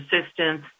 assistance